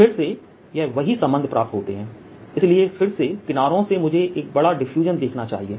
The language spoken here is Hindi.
तो फिर से यह वही संबंध प्राप्त होते हैं इसलिए फिर से किनारों से मुझे एक बड़ा डिफ्यूजन देखना चाहिए